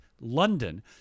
London